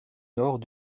nord